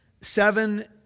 seven